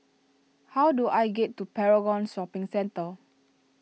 how do I get to Paragon Shopping Centre